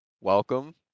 welcome